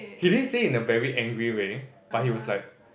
he didn't say in a very angry way but he was like